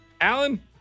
Alan